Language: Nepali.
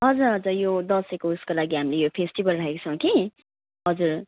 हजुर हजुर यो दसैँको उसको लागि हामीले यो फेस्टिभल राखेका छौँ कि हजुर